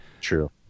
true